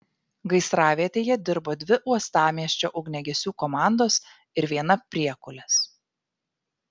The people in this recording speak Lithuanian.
gaisravietėje dirbo dvi uostamiesčio ugniagesių komandos ir viena priekulės